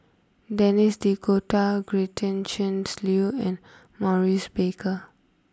Denis D'Cotta Gretchen's Liu and Maurice Baker